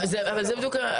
אבל זה בדיוק העניין,